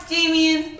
Damien